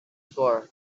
sword